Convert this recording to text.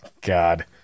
God